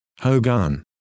Hogan